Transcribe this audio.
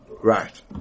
right